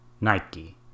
Nike